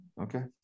Okay